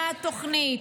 מה התוכנית,